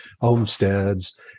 homesteads